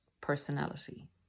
personality